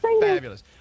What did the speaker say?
fabulous